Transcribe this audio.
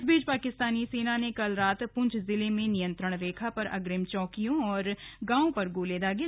इस बीच पाकिस्तानी सेना ने कल रात पुंछ जिले में नियंत्रण रेखा पर अग्रिम चौकियों और गांवों पर गोले दागे